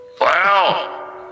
Wow